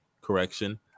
correction